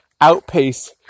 outpace